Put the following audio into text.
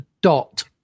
dot